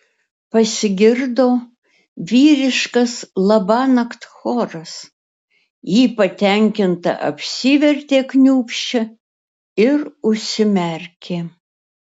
pasigirdo vyriškas labanakt choras ji patenkinta apsivertė kniūbsčia ir užsimerkė